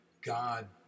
God